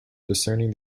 discerning